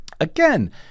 Again